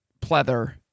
pleather